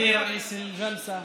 (אומר דברים בשפה הערבית,